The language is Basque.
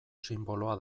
sinboloa